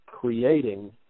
creating